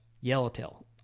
yellowtail